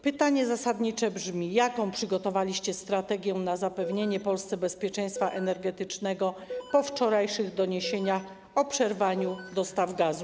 Pytanie zasadnicze brzmi: Jaką przygotowaliście strategię dotyczącą zapewnienia Polsce bezpieczeństwa energetycznego po wczorajszych doniesieniach o przerwaniu dostaw gazu?